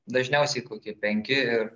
dažniausiai kokie penki ir